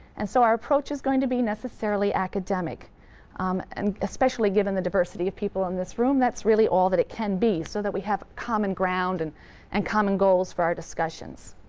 and so our approach is going to be necessarily academic and especially given the diversity of people in this room, that's really all that it can be, so that we have a common ground and and common goals for our discussions.